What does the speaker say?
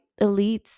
elites